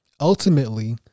ultimately